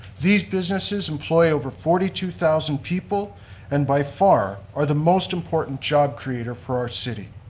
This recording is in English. these businesses employ over forty two thousand people and by far are the most important job creator for our city.